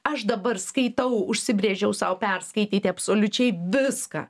aš dabar skaitau užsibrėžiau sau perskaityti absoliučiai viską